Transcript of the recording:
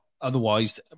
Otherwise